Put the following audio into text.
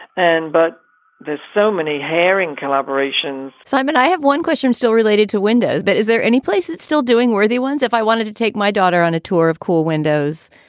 and but there's so many haring collaboration simon, i have one question still related to windows, but is there any place that's still doing worthy ones? if i wanted to take my daughter on a tour of cool windows,